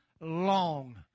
long